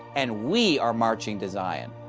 and we are marching to zion.